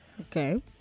Okay